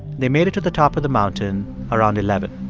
they made it to the top of the mountain around eleven.